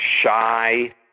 shy